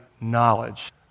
knowledge